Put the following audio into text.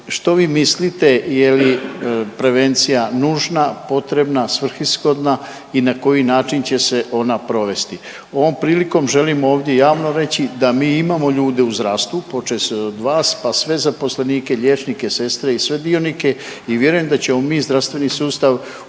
što vi mislite je li prevencija nužna, potrebna, svrsishodna i na koji način će se ona provesti. Ovom prilikom želim ovdje javno reći da mi imamo ljude u zdravstvu počevši od vas pa sve zaposlenike liječnike, sestre i sve dionike i vjerujem da ćemo mi zdravstveni sustav učiniti